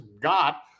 got